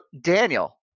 Daniel